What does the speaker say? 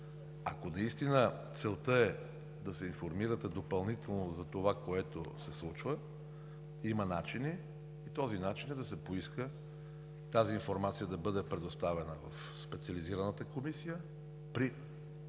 Ако наистина целта е да се информирате допълнително за това, което се случва, има начини и този начин е да се поиска тази информация да бъде предоставена в Специализираната комисия при